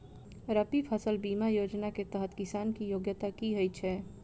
रबी फसल बीमा योजना केँ तहत किसान की योग्यता की होइ छै?